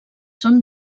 són